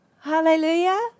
Hallelujah